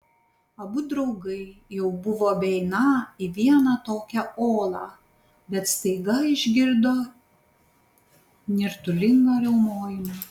abu draugai jau buvo beeiną į vieną tokią olą bet staiga išgirdo nirtulingą riaumojimą